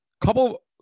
Couple